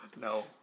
No